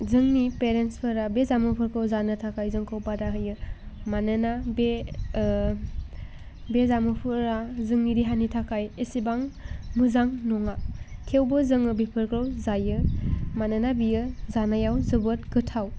जोंनि पेरेन्सफोरा बे जामुंफोरखौ जानो थाखाय जोंखौ बादा होयो मानोना बे बे जामुंफोरा जोंनि देहानि थाखाय एसेबां मोजां नङा थेवबो जोङो बेफोरखौ जायो मानोना बियो जानायाव जोबोद गोथाव